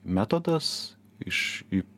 metodas iš į